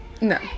No